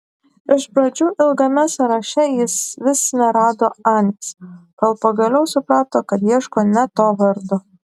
iš pradžių ilgame sąraše jis vis nerado anės kol pagaliau suprato kad ieško ne to vardo